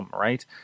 right